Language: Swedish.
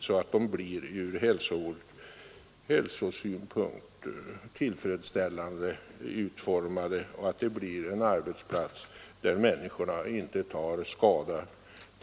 så att de blir tillfredsställande utformade och inrättade som arbetsplats från hälsosynpunkt.